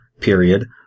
period